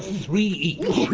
three each,